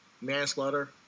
Manslaughter